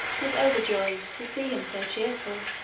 was overjoyed to see him so cheerful